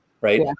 right